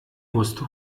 musste